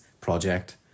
Project